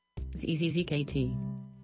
Zzzkt